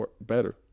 better